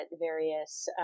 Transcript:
various